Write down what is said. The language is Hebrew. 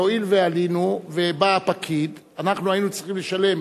והואיל ועלינו, ובא פקיד, אנחנו היינו צריכים לשלם